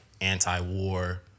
anti-war